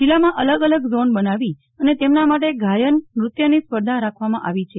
જિલ્લામાં અલગ અલગ ઝોન બનાવી અને તેમના માટે ગાયન નૃત્યની સ્પર્ધા રાખવામાં આવી છે